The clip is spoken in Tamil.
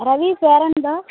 ரவி பேரெண்டா